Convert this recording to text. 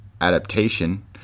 adaptation